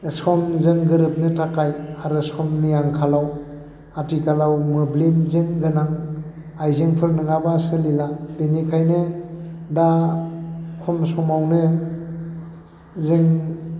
समजों गोरोबनो थाखाय आरो समनि आंखालाव आथिखालाव मोब्लिबजों गोनां आइजेंफोर नङाबा सोलिला बेनिखायनो दा खम समावनो जों